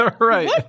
Right